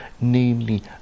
namely